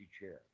chair